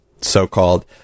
so-called